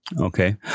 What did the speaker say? Okay